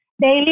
Daily